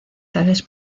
tales